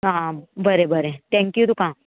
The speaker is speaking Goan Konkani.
आं बरें बरें थँक्यू तुका